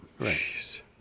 Right